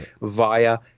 via